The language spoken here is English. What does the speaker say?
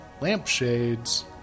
lampshades